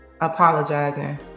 apologizing